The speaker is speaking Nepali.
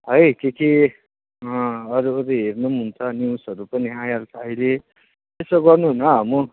है के के अरू अरू हेर्नु पनि हुन्छ न्युज पनि आइहाल्छ अहिले यसो गर्नु न म